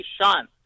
Sean